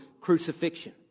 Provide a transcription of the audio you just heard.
crucifixion